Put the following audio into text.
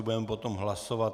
Budeme potom hlasovat.